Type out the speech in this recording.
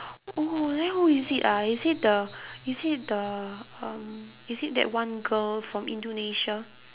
oh then who is it ah is it the is it the um is it that one girl from indonesia